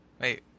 Wait